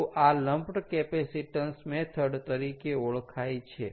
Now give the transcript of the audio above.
તો આ lumped capacitance method તરીકે ઓળખાય છે